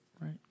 right